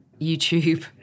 YouTube